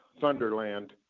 Thunderland